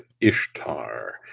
ishtar